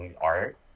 art